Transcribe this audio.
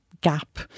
gap